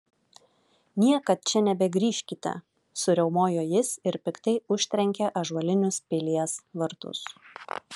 niekad čia nebegrįžkite suriaumojo jis ir piktai užtrenkė ąžuolinius pilies vartus